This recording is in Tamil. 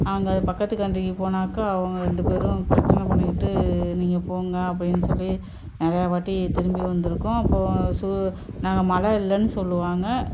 நாங்கள் அந்த பக்கத்து கண்ட்ரிக்கு போனாக்கா அவங்க ரெண்டு பேரும் பிரச்சனை பண்ணிக்கிட்டு நீங்கள் போங்க அப்படின்னு சொல்லி நிறையா வாட்டி திரும்பி வந்துருக்கோம் அப்போது சு நாங்கள் மழை இல்லைன்னு சொல்லுவாங்க